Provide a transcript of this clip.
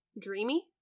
dreamy